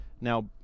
Now